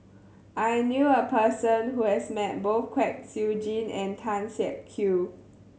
I knew a person who has met both Kwek Siew Jin and Tan Siak Kew